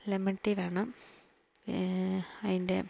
lemon tea വേണം അതിന്റെ